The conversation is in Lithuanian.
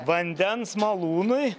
vandens malūnui